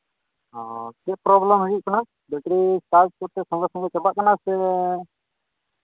ᱚ ᱪᱮᱫ ᱯᱨᱚᱵᱽᱞᱮᱢ ᱦᱩᱭᱩᱜ ᱠᱟᱱᱟ ᱵᱮᱴᱨᱤ ᱪᱟᱨᱡᱽ ᱠᱚᱥᱮ ᱥᱚᱸᱜᱮ ᱥᱚᱸᱜᱮ ᱪᱟᱵᱟᱜ ᱠᱟᱱᱟ ᱥᱮ